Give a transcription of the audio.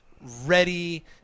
ready